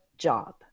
job